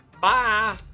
Bye